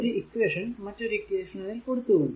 ഒരു ഇക്വേഷൻ മറ്റൊരു ഇക്വേഷൻ ൽ കൊടുത്തു കൊണ്ട്